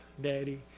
Daddy